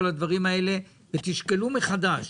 תשקלו מחדש.